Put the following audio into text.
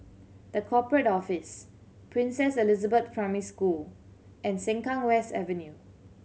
The Corporate Office Princess Elizabeth Primary School and Sengkang West Avenue